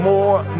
More